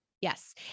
Yes